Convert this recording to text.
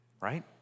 right